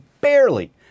barely